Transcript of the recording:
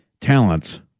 talents